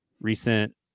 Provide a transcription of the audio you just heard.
recent